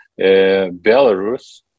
Belarus